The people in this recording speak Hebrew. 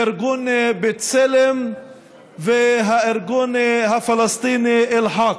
ארגון בצלם והארגון הפלסטיני אל-חאק.